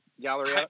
Gallery